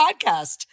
podcast